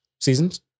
Seasons